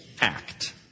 act